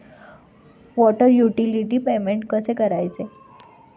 Water utility payment कसे करायचे?